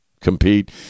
compete